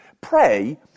pray